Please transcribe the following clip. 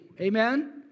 Amen